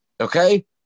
Okay